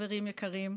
חברים יקרים,